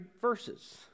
verses